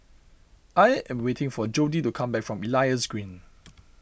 I am waiting for Jodi to come back from Elias Green